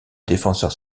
défenseur